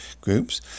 groups